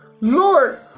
Lord